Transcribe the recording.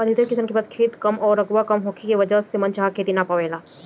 अधिकतर किसान के पास खेत कअ रकबा कम होखला के वजह से मन चाहा खेती नाइ हो पावेला